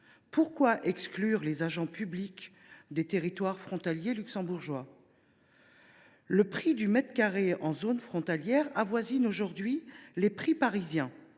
Pourquoi exclure les agents publics des territoires frontaliers du Luxembourg ? Le prix du mètre carré en zone frontalière avoisine aujourd’hui les prix parisiens,